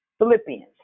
Philippians